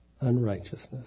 unrighteousness